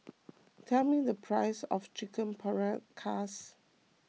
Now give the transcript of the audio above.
tell me the price of Chicken Paprikas